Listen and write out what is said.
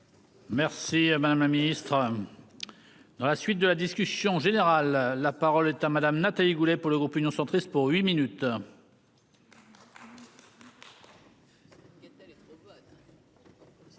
Merci madame la ministre, hein. Dans la suite de la discussion générale. La parole est à madame Nathalie Goulet, pour le groupe Union centriste pour huit minutes.